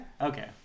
Okay